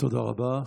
תודה רבה.